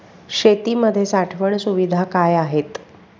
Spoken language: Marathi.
शेतीमध्ये साठवण सुविधा काय आहेत?